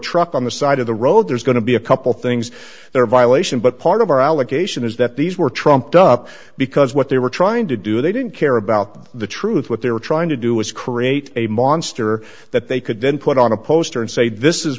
truck on the side of the road there's going to be a couple things there a violation but part of our allegation is that these were trumped up because what they were trying to do they didn't care about the truth what they were trying to do was create a monster that they could then put on a poster and say this is